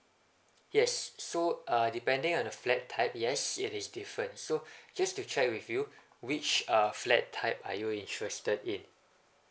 yes so uh depending on the flat tied yes it is different so just to check with you which uh flat type are you interested in